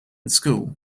school